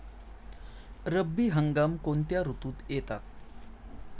रब्बी हंगाम कोणत्या ऋतूत येतात?